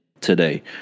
today